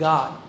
God